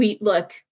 Look